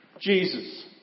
Jesus